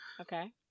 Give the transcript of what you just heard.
Okay